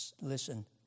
Listen